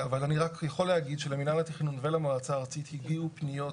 אבל אני רק יכול להגיד שלמינהל התכנון ולמועצה הארצית הגיעו פניות.